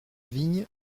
vigne